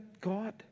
God